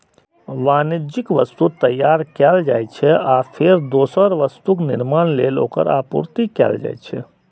वाणिज्यिक वस्तु तैयार कैल जाइ छै, आ फेर दोसर वस्तुक निर्माण लेल ओकर आपूर्ति कैल जाइ छै